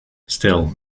still